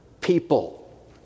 people